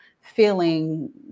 feeling